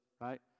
right